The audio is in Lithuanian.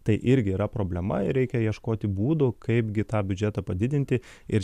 tai irgi yra problema ir reikia ieškoti būdų kaipgi tą biudžetą padidinti ir